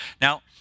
Now